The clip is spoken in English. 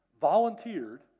volunteered